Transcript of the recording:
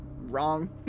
wrong